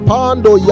Pando